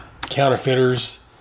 counterfeiters